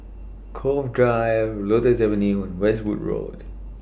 Cove Drive Lotus Avenue and Westwood Road